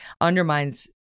undermines